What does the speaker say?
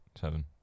seven